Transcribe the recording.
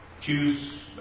choose